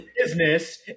business